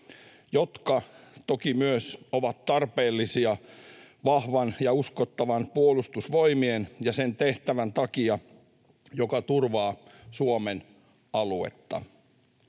— se toki myös on tarpeellinen vahvan ja uskottavan Puolustusvoimien ja sen tehtävän takia, joka turvaa Suomen aluetta.